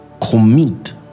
commit